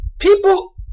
people